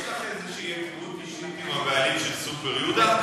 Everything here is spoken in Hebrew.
יש לך איזו היכרות אישית עם הבעלים של "סופר יודה"?